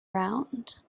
round